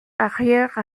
arrière